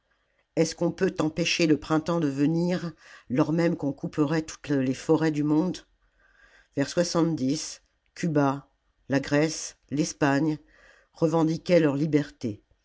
est-ce qu'on peut empêcher le printemps de venir lors même qu'on couperait toutes les forêts du monde ers uba la grèce l'espagne revendiquaient leur liberté